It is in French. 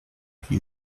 puis